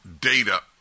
data